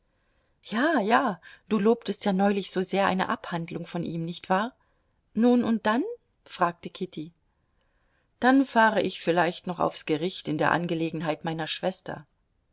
ja ja du lobtest ja neulich sosehr eine abhandlung von ihm nicht wahr nun und dann fragte kitty dann fahre ich vielleicht noch aufs gericht in der angelegenheit meiner schwester